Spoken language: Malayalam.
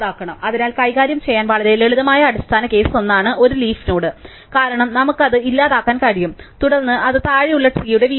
അതിനാൽ കൈകാര്യം ചെയ്യാൻ വളരെ ലളിതമായ അടിസ്ഥാന കേസ് ഒന്നാണ് ഒരു ലീഫ് നോഡ് കാരണം നമുക്ക് അത് ഇല്ലാതാക്കാൻ കഴിയും തുടർന്ന് അത് താഴെയുള്ള ട്രീയുടെ വീഴ്ചയാണ്